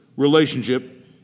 relationship